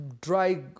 dry